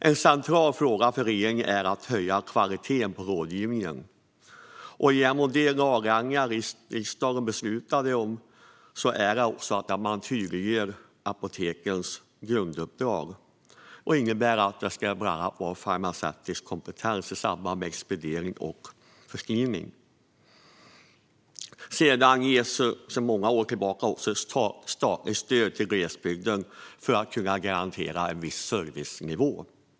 En central fråga för regeringen är att höja kvaliteten på rådgivningen. Genom de lagändringar som riksdagen beslutade om tydliggörs också apotekens grunduppdrag, vilket bland annat innebär att det krävs farmaceutisk kompetens i samband med expediering och förskrivning. Sedan många år tillbaka ges ett statligt stöd till glesbygden för att kunna garantera en viss servicenivå.